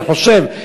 אני חושב,